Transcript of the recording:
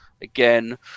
again